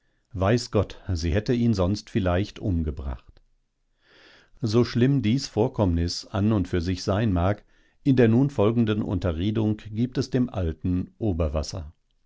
weiß gott sie hätte ihn sonst vielleicht umgebracht so schlimm dies vorkommnis an und für sich sein mag in der nun folgenden unterredung gibt es dem alten oberwasser